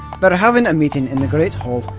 but having a meeting in the great hall,